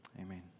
Amen